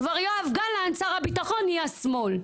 כבר יואב גלנט שר הביטחון נהיה שמאל,